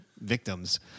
victims